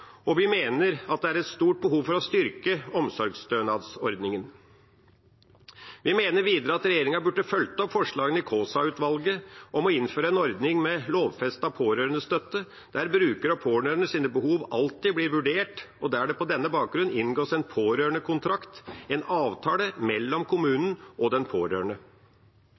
og vi mener det er et stort behov for å styrke omsorgsstønadsordningen. Vi mener videre at regjeringa burde fulgt opp forslagene i Kaasa-utvalget om å innføre en ordning med lovfestet pårørendestøtte, der bruker og pårørende sine behov alltid blir vurdert, og der det på denne bakgrunn inngås en pårørendekontrakt – en avtale mellom kommunen og den pårørende.